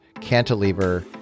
Cantilever